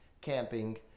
camping